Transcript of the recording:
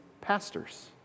pastors